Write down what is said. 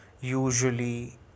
usually